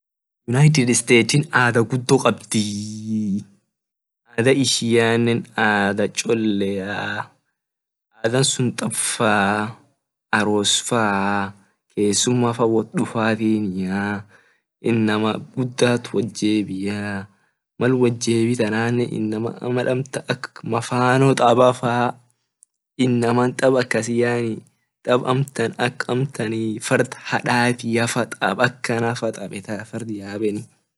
United state adha gudio kabdii adha ishiane adha choleaa adha sun tab faa aros faa kesuma faa wot dufati inama gudat wot jebi mal wot jebie ak amtan mafano tabafaa inama tab akasi yaani.